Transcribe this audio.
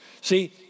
See